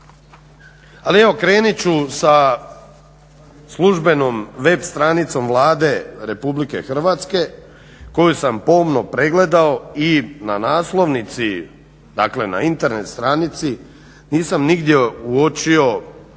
Ali evo krenut ću sa službenom web stranicom Vlade RH koju sam pomno pregledao i na naslovnici dakle na Internet stranici nisam nigdje uočio